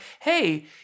hey